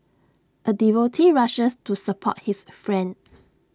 A devotee rushes to support his friend